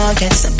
yes